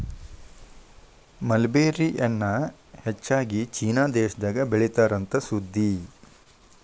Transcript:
mulberry ಎನ್ನಾ ಹೆಚ್ಚಾಗಿ China ದೇಶದಾಗ ಬೇಳಿತಾರ ಅಂತ ಸುದ್ದಿ